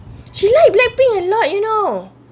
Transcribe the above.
she like rapping a lot you know